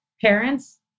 parents